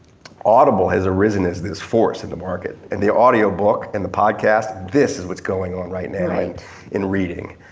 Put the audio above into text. audible has arisen as this force in the market and the audiobook and the podcast, this is what's going on right now and and and in reading.